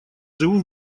живу